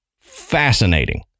fascinating